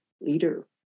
leader